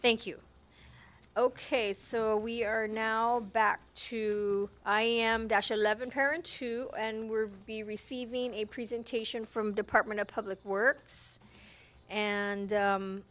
thank you ok so we are now back to i am dash eleven parent two and we're be receiving a presentation from department of public works and